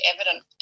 evident